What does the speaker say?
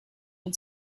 und